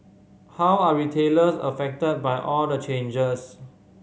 how are retailers affected by all the changes